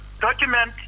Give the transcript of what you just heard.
Document